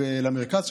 ולמרכז,